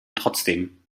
trotzdem